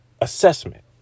assessment